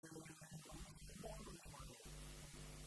ברור שגם פרעה לא ישמע אלי